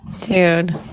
Dude